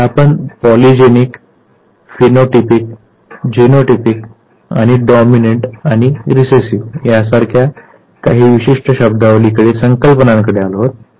आता आपण polygenic phenotypic genotypic dominant आणि रिसेसिव्ह सारख्या काही विशिष्ट शब्दावलीकडे संकल्पनांकडे आलो आहोत